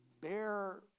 bear